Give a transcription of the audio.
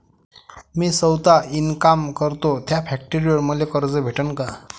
मी सौता इनकाम करतो थ्या फॅक्टरीवर मले कर्ज भेटन का?